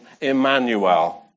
Emmanuel